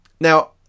Now